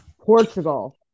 Portugal